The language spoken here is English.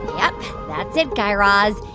yep. that's it, guy raz.